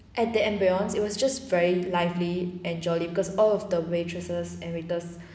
at the ambience it was just very lively and jolly because all of the waitresses and waiters